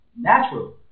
Natural